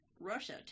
Russia